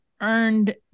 earned